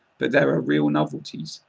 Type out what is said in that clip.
but there are real novelties.